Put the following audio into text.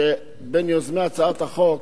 שהיה בין יוזמי הצעת החוק,